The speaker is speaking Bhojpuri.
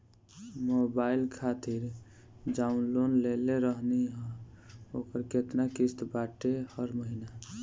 मोबाइल खातिर जाऊन लोन लेले रहनी ह ओकर केतना किश्त बाटे हर महिना?